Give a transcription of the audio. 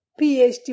PhD